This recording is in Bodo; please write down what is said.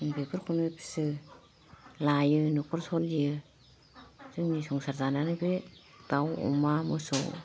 बेफोरखौनो फियो लायो न'खर सलियो जोंनि संसार जानायानो बे दाव अमा मोसौ